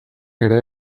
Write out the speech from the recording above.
ere